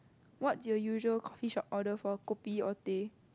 what is your usual coffee shop order for kopi or teh